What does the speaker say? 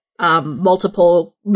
multiple